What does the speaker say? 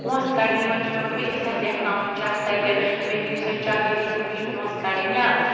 پونٛسہٕ کَڑنہِ یِمَن چھِ پٮ۪وان بیٚکِس اَتھِ لیکھناوُن چَک تَتہِ مےٚ دِیِو سا چَکہٕ لیٖکِتھ مےٚ چھِ پونٛسہٕ کَڑٕنۍ یا